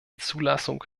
zulassung